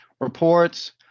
Reports